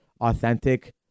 authentic